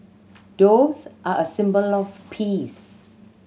doves are a symbol of peace